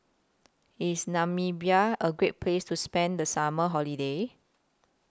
IS Namibia A Great Place to spend The Summer Holiday